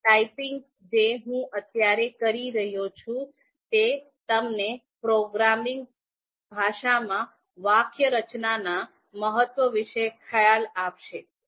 આ ટાઈપિંગ જે હું અત્યારે કરી રહ્યો છું તે તમને પ્રોગ્રામિંગ ભાષામાં વાક્યરચનાના મહત્વ વિશે ખ્યાલ આપશે